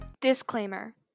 Disclaimer